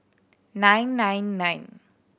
nine nine nine